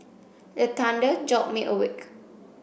the thunder jolt me awake